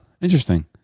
Interesting